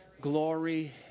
Glory